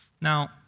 Now